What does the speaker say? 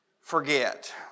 forget